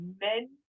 men